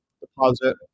deposit